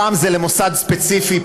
פעם זה למוסד ספציפי,